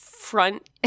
front